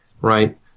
right